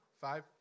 Five